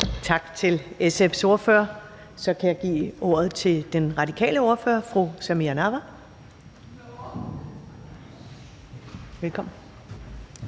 Tak til SF's ordfører. Så kan jeg give ordet til den radikale ordfører, fru Samira Nawa. Velkommen.